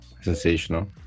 Sensational